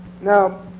Now